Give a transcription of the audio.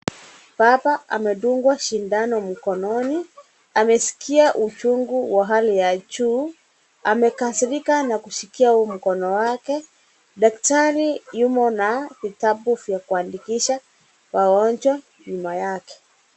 Baba amedungwa sindano mkononi. Amesikia uchungu wa hali ya juu. Amekasirika na kushikia huu mkono. Daktari yumo na vitabu vya kuandikisha wagonjwa nyuma yake.